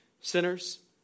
sinners